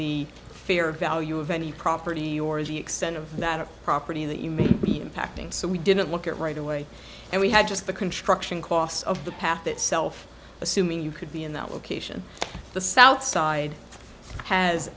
the fair value of any property or the extent of that a property that you may be impacting so we didn't look at right away and we had just the construction costs of the path itself assuming you could be in that location the south side has